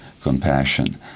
compassion